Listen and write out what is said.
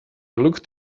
looked